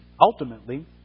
ultimately